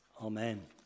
Amen